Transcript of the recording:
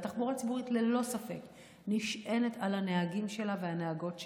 התחבורה הציבורית ללא ספק נשענת על הנהגים שלה והנהגות שלה.